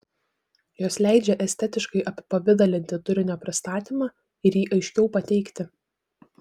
jos leidžia estetiškai apipavidalinti turinio pristatymą ir jį aiškiau pateikti